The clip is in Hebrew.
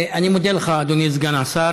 אני מודה לך, אדוני סגן השר.